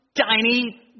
tiny